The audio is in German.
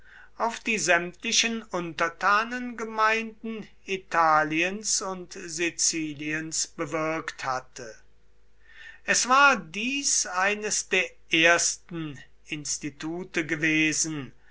auf die sämtlichen untertanengemeinden italiens und siziliens bewirkt hatte es war dies eines der ersten institute gewesen